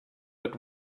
but